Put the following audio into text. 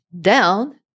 down